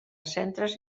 centres